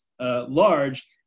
Large